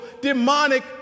demonic